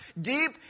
deep